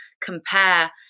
compare